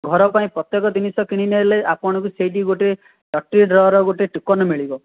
ଘର ପାଇଁ ପ୍ରତ୍ୟେକ ଜିନିଷ କିଣି ନେଲେ ଆପଣ ବି ସେଇଠି ଗୋଟେ ଲଟ୍ରି ଡ୍ରର ଗୋଟେ ଟୋକେନ୍ ମିଳିବ